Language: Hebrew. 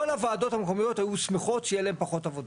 כל הוועדות המקומיות היו שמחות שיהיה להן פחות עבודה.